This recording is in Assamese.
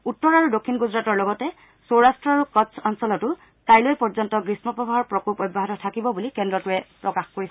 উত্তৰ আৰু দক্ষিণ গুজৰাটৰ লগতে সৌৰাট্ট আৰু কচ্ছ অঞ্চলত কাইলৈকে গ্ৰীষপ্ৰৱাহৰ প্ৰকোপ অব্যাহত থাকিব বুলি কেন্দ্ৰটোৱে প্ৰকাশ কৰিছে